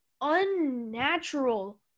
unnatural